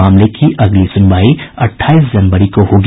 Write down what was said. मामले की अगली सुनवाई अठाईस जनवरी को होगी